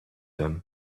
them